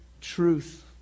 truth